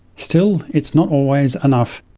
still, it's not always enough.